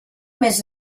més